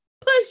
push